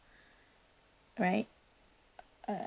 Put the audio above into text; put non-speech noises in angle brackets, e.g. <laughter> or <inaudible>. right <noise>